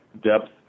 depth